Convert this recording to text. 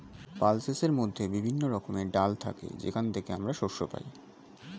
পালসেসের মধ্যে বিভিন্ন রকমের ডাল থাকে যেখান থেকে আমরা শস্য পাই